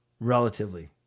Relatively